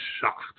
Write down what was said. shocked